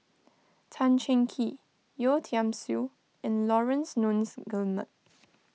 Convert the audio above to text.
Tan Cheng Kee Yeo Tiam Siew and Laurence Nunns Guillemard